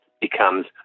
becomes